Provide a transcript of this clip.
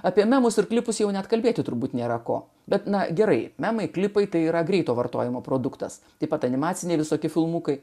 apie namus ir klipus jau net kalbėti turbūt nėra ko bet na gerai mamai klipai tai yra greito vartojimo produktas taip pat animaciniai visokie filmukai